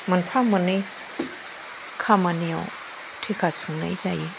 मोनफा मोननै खामानियाव थेखा सुंनाय जायो